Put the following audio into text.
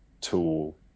Tool